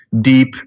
deep